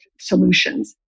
solutions